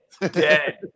Dead